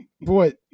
Boy